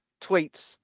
tweets